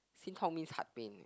心痛 means heart pain